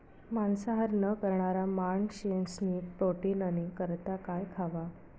मांसाहार न करणारा माणशेस्नी प्रोटीननी करता काय खावा